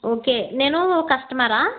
okay నేను customer